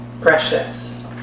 Precious